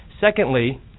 Secondly